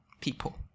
people